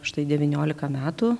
štai devyniolika metų